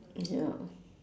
ya